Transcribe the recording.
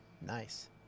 nice